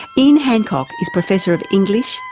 ian hancock is professor of english,